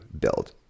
build